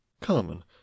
Carmen